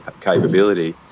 capability